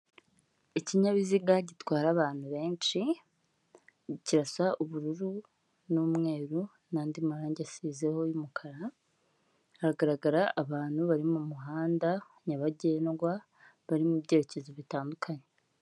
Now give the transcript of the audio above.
Ikinyabiziga gitwara abantu benshi, kirasa ubururu n'umweru nandi marangi asizeho y'umukara, hagaragara abantu bari mumuhanda nyabagendwa bari mu byerekezo bitandukanye.